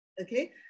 Okay